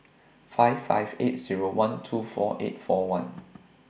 five five eight Zero one two four eight four one